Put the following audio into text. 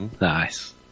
nice